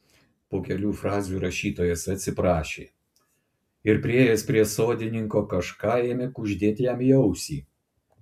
po kelių frazių rašytojas atsiprašė ir priėjęs prie sodininko kažką ėmė kuždėti jam į ausį